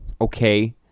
Okay